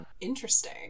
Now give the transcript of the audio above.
Interesting